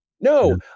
No